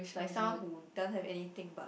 he's like someone who doesn't have anything but